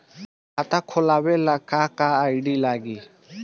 खाता खोलाबे ला का का आइडी लागी?